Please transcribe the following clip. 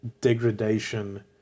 degradation